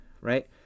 right